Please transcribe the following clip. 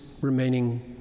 remaining